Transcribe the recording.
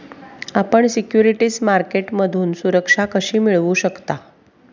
आपण सिक्युरिटीज मार्केटमधून सुरक्षा कशी मिळवू शकता?